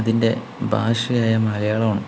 അതിൻ്റെ ഭാഷയായ മലയാളം ആണ്